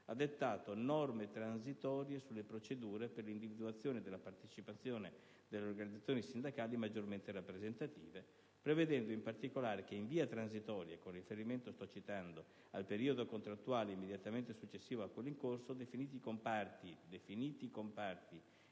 ha dettato norme transitorie sulle procedure per l'individuazione della partecipazione delle organizzazioni sindacali maggiormente rappresentative prevedendo, in particolare che: «In via transitoria, con riferimento al periodo contrattuale immediatamente successivo a quello in corso, definiti i comparti e le aree